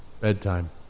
Bedtime